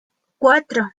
cuatro